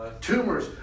tumors